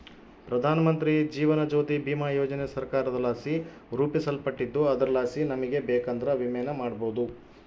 ಪ್ರಧಾನಮಂತ್ರಿ ಜೀವನ ಜ್ಯೋತಿ ಭೀಮಾ ಯೋಜನೆ ಸರ್ಕಾರದಲಾಸಿ ರೂಪಿಸಲ್ಪಟ್ಟಿದ್ದು ಅದರಲಾಸಿ ನಮಿಗೆ ಬೇಕಂದ್ರ ವಿಮೆನ ಮಾಡಬೋದು